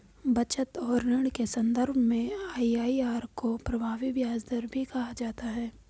बचत और ऋण के सन्दर्भ में आई.आई.आर को प्रभावी ब्याज दर भी कहा जाता है